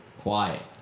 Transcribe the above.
quiet